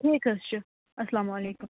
ٹھیٖک حظ چھُ اَسَلامُ علیکُم